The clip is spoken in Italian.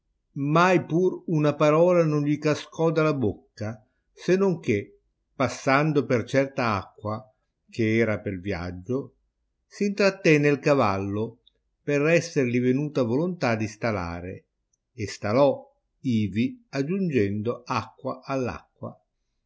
mai pur una parola non gli cascò dalla bocca se non che passando per certa acqua che era pel viaggio s intratenne il cavallo per esserli venuta volontà di stalare e stalo ivi aggiungendo acqua